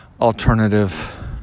alternative